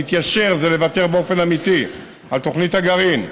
להתיישר זה לוותר באופן אמיתי על תוכנית הגרעין,